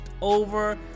over